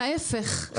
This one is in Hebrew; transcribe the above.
להפך,